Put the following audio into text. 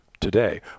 today